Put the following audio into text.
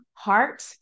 heart